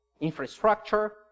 infrastructure